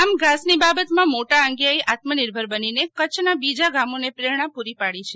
આમ ઘાસની બાબતમાં મોટા આંગીયાએ આત્મ નિર્ભર બનીને કચ્છના બીજા ગામોને પ્રેરણા પૂરી પાડી છે